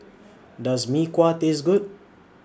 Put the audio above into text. Does Mee Kuah Taste Good